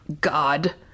God